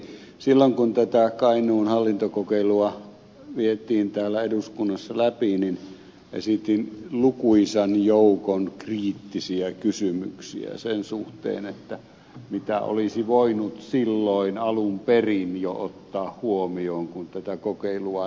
silloin kun tätä kainuun hallintokokeilua vietiin täällä eduskunnassa läpi esitin lukuisan joukon kriittisiä kysymyksiä sen suhteen mitä olisi voinut silloin alun perin jo ottaa huomioon kun tätä kokeilua rakennettiin